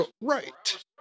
right